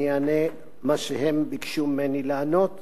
אני אענה מה שהם ביקשו ממני לענות.